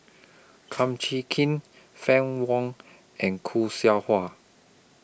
Kum Chee Kin Fann Wong and Khoo Seow Hwa